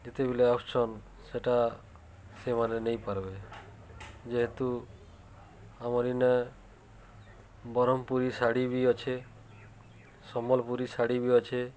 ଯେତେବେଲେ ଆସୁଛନ୍ ସେଟା ସେମାନେ ନେଇପାର୍ବେ ଯେହେତୁ ଆମର୍ ଇନେ ବରମ୍ପୁରୀ ଶାଢ଼ୀ ବି ଅଛେ ସମ୍ବଲପୁରୀ ଶାଢ଼ୀ ବି ଅଛେ